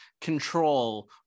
control